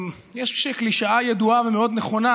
יש קלישאה ידועה ומאוד נכונה,